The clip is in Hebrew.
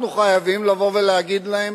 אנחנו חייבים לבוא ולהגיד להם